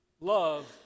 Love